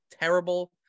terrible